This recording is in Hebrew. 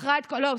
לא,